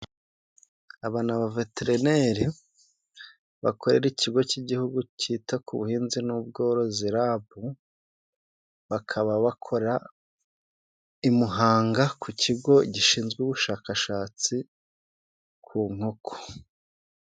Aba ni abaveterineri bakorera ikigo k'igihugu kita ku buhinzi n'ubworozi RAB, bakaba bakora i Muhanga ku kigo gishinzwe ubushakashatsi ku nkoko.